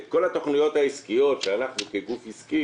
את כל התוכניות העסקיות שאנחנו כגוף עסקי